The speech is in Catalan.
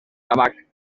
tabac